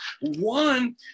One